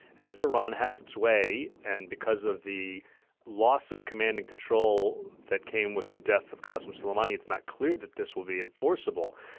and if iran has its way and because of the loss of command and control that came with the death of custom soleimani, it's not clear that this will be enforceable.